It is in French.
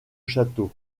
château